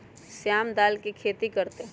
श्याम दाल के खेती कर तय